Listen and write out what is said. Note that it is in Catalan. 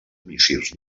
míssils